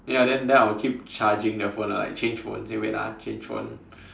ya then then I will keep charging the phone lah like change phone say wait ah change phone